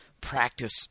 practice –